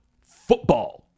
football